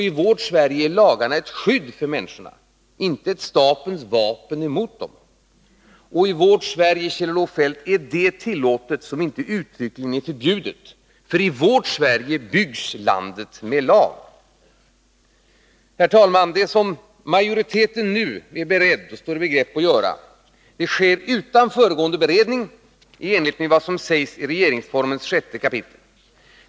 I vårt Sverige är lagarna ett skydd för människorna — inte ett statens vapen mot dem. I vårt Sverige, Kjell-Olof Feldt, är det tillåtet som icke uttryckligen är förbjudet. I vårt Sverige byggs landet med lag. Herr talman! Det som riksdagsmajoriteten nu står i begrepp att göra sker utan sådan föregående beredning som föreskrivs i regeringsformens 7 kap.